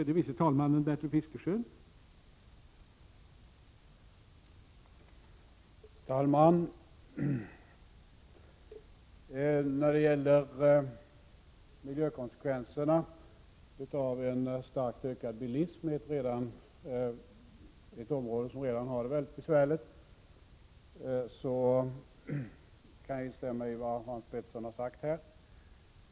Herr talman! När det gäller miljökonsekvenserna av en starkt ökad bilism i ett område som redan har det besvärligt kan jag instämma i vad Hans Pettersson i Helsingborg sade.